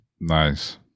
nice